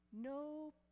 No